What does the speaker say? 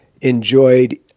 enjoyed